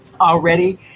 already